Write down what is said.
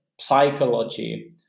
psychology